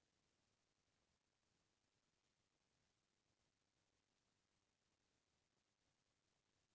सियान सियनहिन मन ह कतेक कमा सकही, जांगर के रहत ले कमाही